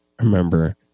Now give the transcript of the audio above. Remember